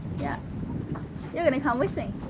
yeah you're going to come with me